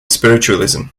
spiritualism